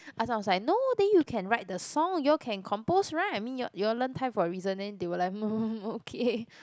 Ah-Chong was like no then you can write the song you all can compose right I mean you're you're learn Thai for a reason then they were like okay